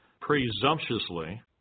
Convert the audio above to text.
presumptuously